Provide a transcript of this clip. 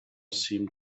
seem